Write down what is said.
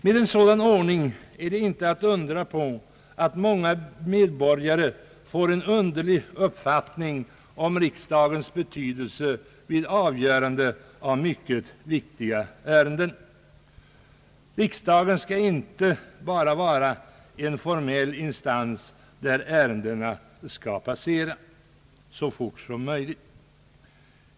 Med en sådan ordning är det inte förvånande att många medborgare får en underlig uppfattning om riksdagens betydelse vid avgörandet av mycket viktiga ärenden. Riksdagen skall inte bara vara en formell instans där ärendena skall passera så fort som möjligt.